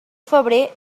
febrer